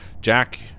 Jack